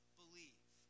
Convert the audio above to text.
believe